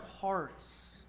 hearts